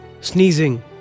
sneezing